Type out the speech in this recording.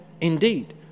Indeed